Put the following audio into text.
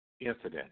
incident